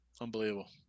Unbelievable